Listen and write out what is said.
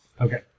Okay